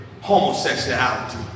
homosexuality